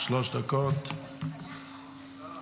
שלוש דקות לרשותך.